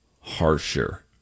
harsher